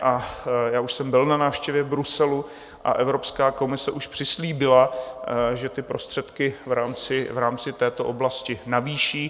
A já už jsem byl na návštěvě v Bruselu a Evropská komise už přislíbila, že ty prostředky v rámci této oblasti navýší.